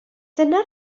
dyna